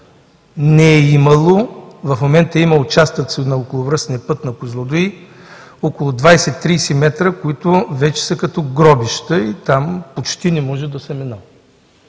не е имало. В момента има участъци на околовръстния път на Козлодуй, около 20 – 30 м, които вече са като гробища и там почти не може да се минава.